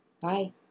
Bye